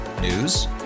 News